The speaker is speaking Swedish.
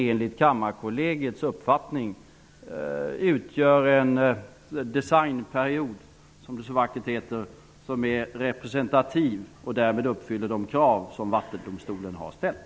Enligt Kammarkollegiets uppfattning utgör de en designperiod, som det så vackert heter, som är representativ och därmed uppfyller de krav som Vattendomstolen har ställt.